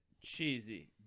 Cheesy